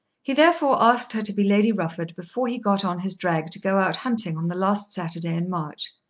he therefore asked her to be lady rufford before he got on his drag to go out hunting on the last saturday in march.